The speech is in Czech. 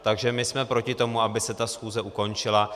Takže my jsme proti tomu, aby se schůze ukončila.